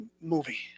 movie